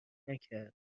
نکرد